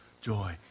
joy